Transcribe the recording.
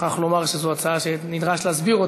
אני מוכרח לומר שזאת הצעה שנדרש להסביר,